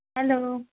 hello